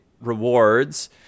rewards